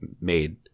made